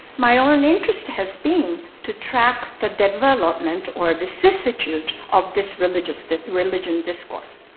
my own interest has been to track the development or vicissitude of this religion this religion discourse,